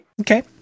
Okay